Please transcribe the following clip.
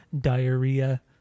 diarrhea